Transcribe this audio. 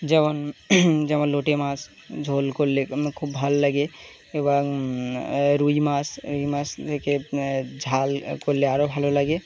যেমন যেমন লটে মাছ ঝোল করলে খুব ভাল লাগে এবং রুই মাছ রুই মাছ থেকে ঝাল করলে আরও ভালো লাগে